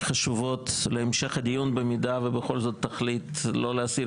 חשובות להמשך הדיון במידה ובכל זאת תחליט לא להסיר